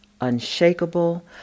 unshakable